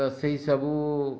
ତ ସେଇସବୁ